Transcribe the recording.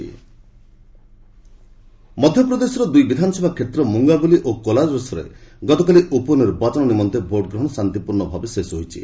ବାୟ election ମଧ୍ୟପ୍ରଦେଶର ଦୁଇ ବିଧାନସଭା କ୍ଷେତ୍ର ମୁଙ୍ଗାବଲି ଓ କୋଲାରସରେ ଗତକାଲି ଉପନିର୍ବାଚନ ନିମନ୍ତେ ଭୋଟ ଗ୍ରହଣ ଶାନ୍ତିପୂର୍ଣ୍ଣ ଭାବେ ଶେଷ ହୋଇଛି